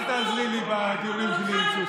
אל תעזרי לי בדיונים שלי עם שוסטר.